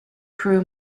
crew